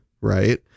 right